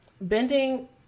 bending